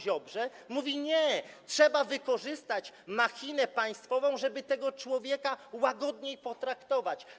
Ziobrze mówi: Nie, trzeba wykorzystać machinę państwową, żeby tego człowieka łagodniej potraktować.